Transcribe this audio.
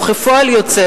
וכפועל יוצא,